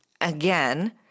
Again